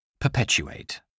Perpetuate